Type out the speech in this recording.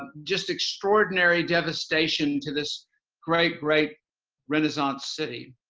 just extraordinary devastation to this great great renaissance city.